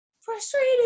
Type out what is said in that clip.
frustrated